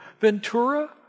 Ventura